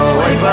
Away